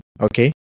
okay